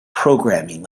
programming